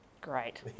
Great